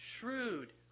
Shrewd